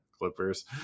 Clippers